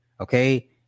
okay